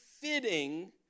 fitting